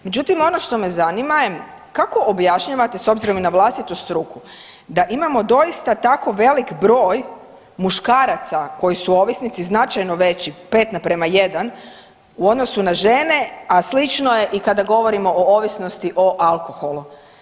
Međutim ono što me zanima je kako objašnjavate s obzirom i na vlastitu struku da imao doista tako velik broj muškaraca koji su ovisnici značajno veći 5:1 u odnosu na žene, a slično je i kada govorimo o ovisnosti o alkoholu.